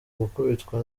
gukubitwa